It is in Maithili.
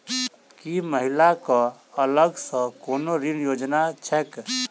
की महिला कऽ अलग सँ कोनो ऋण योजना छैक?